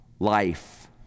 Life